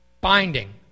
Binding